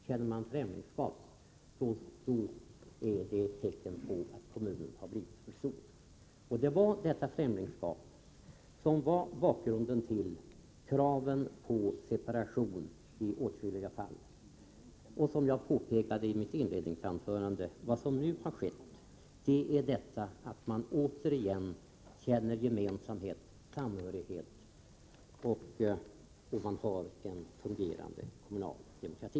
Känner man främlingskap, är det ett tecken på att kommunen har blivit för stor. Detta främlingskap var bakgrunden till kraven på separation i åtskilliga fall. Som jag påpekade i mitt inledningsanförande är vad som nu sker i nybildade kommuner att man åter känner gemensamhet och samhörighet och att man har en fungerande kommunaldemokrati.